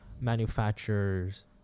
manufacturers